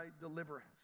deliverance